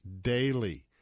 daily